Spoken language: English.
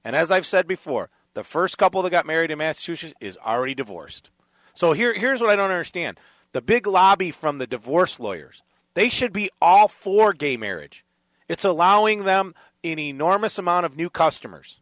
and as i've said before the first couple they got married in massachusetts is already divorced so here's what i don't understand the big lobby from the divorce lawyers they should be all for gay marriage it's allowing them in enormous amount of new customers